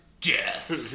Death